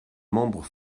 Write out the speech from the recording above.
membres